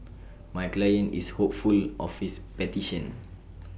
my client is hopeful of his petition